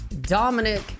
Dominic